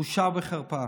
בושה וחרפה.